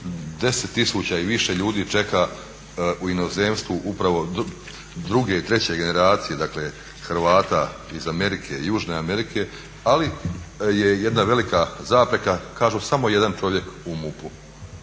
10 tisuća i više ljudi čeka u inozemstvu upravo druge i treće generacije Hrvata iz Amerike Južne Amerike, ali je jedna velika zapreka kažu samo jedan čovjek u MUP-u.